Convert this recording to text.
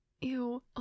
ew